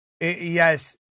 yes